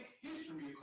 history